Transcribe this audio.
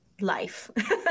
Life